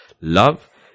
love